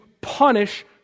punish